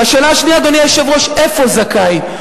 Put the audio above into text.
והשאלה השנייה, אדוני היושב-ראש: איפה זכאי?